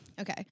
Okay